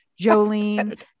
jolene